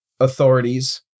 authorities